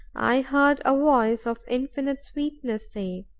i heard a voice of infinite sweetness say,